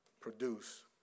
produce